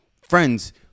Friends